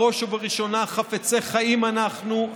בראש ובראשונה חפצי חיים אנחנו,